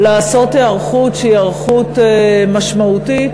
לעשות היערכות שהיא היערכות משמעותית,